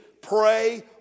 pray